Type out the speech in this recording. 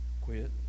quit